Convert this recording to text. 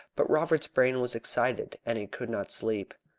but robert's brain was excited, and he could not sleep.